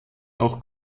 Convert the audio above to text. auch